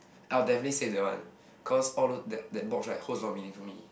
I'll definitely save that one cause all those that that box right holds on meaning to me